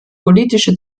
politische